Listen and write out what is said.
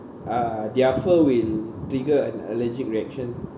uh their fur will trigger an allergic reaction